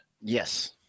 Yes